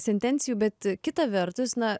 sentencijų bet kita vertus na